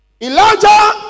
Elijah